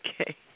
Okay